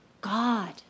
God